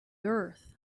earth